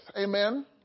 amen